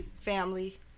family